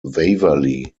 waverly